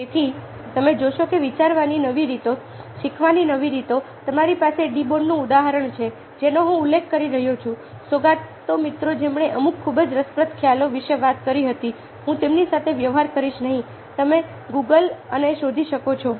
તેથી તમે જોશો કે વિચારવાની નવી રીતો શીખવવાની નવી રીતો તમારી પાસે ડી બોનોનું ઉદાહરણ છે જેનો હું ઉલ્લેખ કરી રહ્યો છું સોગાતો મિત્રા જેમણે અમુક ખૂબ જ રસપ્રદ ખ્યાલો વિશે વાત કરી હતી હું તેમની સાથે વ્યવહાર કરીશ નહીં તમે Google અને શોધી શકો છો